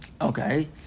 Okay